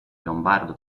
lombardo